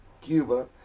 Cuba